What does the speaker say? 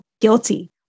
guilty